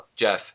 Jeff